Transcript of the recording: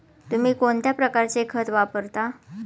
तुम्ही कोणत्या प्रकारचे खत वापरता?